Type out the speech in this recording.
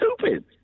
stupid